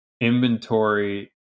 inventory